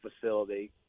facility